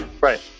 Right